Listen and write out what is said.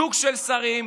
זוג של שרים.